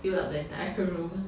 fill up the entire room